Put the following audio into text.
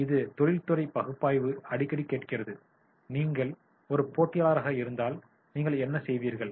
இது தொழில்துறை பகுப்பாய்வை அடிக்கடி கேட்கிறது நீங்கள் ஒரு போட்டியாளராக இருந்தால் நீங்கள் என்ன செய்வீர்கள்